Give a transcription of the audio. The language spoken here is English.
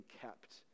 kept